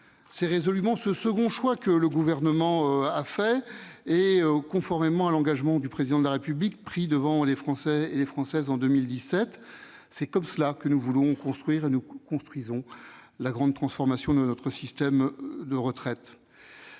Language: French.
C'est résolument ce second choix que le Gouvernement a fait et, conformément à l'engagement que le Président de la République a pris devant les Français et les Françaises en 2017, c'est dans ce sens que nous voulons construire la grande transformation de notre système de retraite.